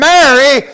Mary